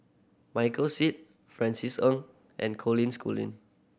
Michael Seet Francis Ng and Colin Schooling